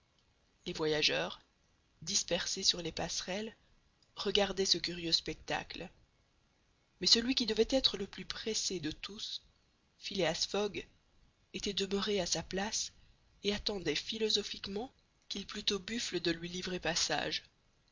les voyageurs dispersés sur les passerelles regardaient ce curieux spectacle mais celui qui devait être le plus pressé de tous phileas fogg était demeuré à sa place et attendait philosophiquement qu'il plût aux buffles de lui livrer passage